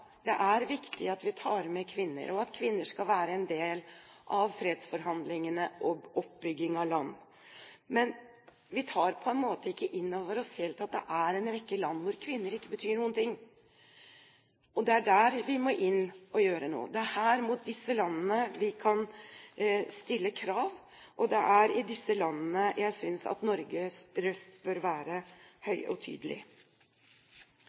det er viktig at vi tar med kvinner, og at kvinner skal være en del av fredsforhandlingene og oppbygging av land. Men vi tar på en måte ikke helt inn over oss at det er en rekke land hvor kvinner ikke betyr noen ting. Det er der vi må inn og gjøre noe. Det er her, overfor disse landene, vi kan stille krav, og det er i disse landene jeg synes at Norges røst bør være høy og tydelig.